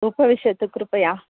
उपविशतु कृपया